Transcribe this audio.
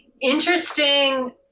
Interesting